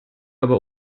aber